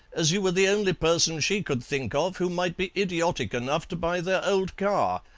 as you were the only person she could think of who might be idiotic enough to buy their old car.